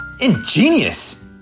Ingenious